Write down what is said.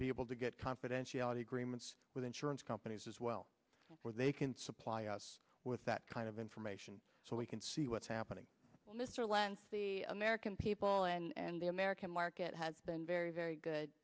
be able to get confidentiality agreements with insurance companies as well or they can supply us with that kind of information so we can see what's happening mr lentz the american people and the american market has been very very good